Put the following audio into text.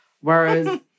Whereas